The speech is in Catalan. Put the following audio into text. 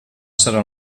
serà